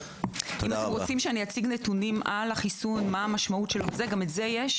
אם אתם רוצים נוכל להציג נתונים לגבי החיסון יש גם את זה,